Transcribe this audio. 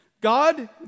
God